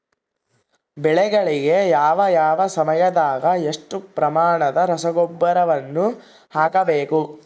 ಬೆಳೆಗಳಿಗೆ ಯಾವ ಯಾವ ಸಮಯದಾಗ ಎಷ್ಟು ಪ್ರಮಾಣದ ರಸಗೊಬ್ಬರವನ್ನು ಹಾಕಬೇಕು?